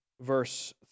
verse